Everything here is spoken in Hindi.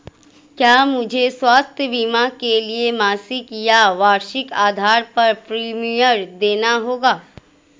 क्या मुझे स्वास्थ्य बीमा के लिए मासिक या वार्षिक आधार पर प्रीमियम देना होगा?